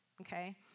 Okay